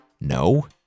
no